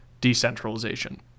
decentralization